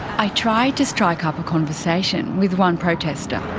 i try to strike up a conversation with one protester.